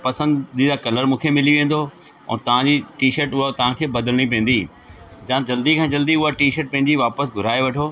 पसंदीदा कलर मूंखे मिली वेंदो और तव्हांजी टीशट उहो तव्हांखे बदिलिणी पवंदी तव्हां जल्दी खां जल्दी उहा टीशट पंहिंजी वापसि घुराए वठो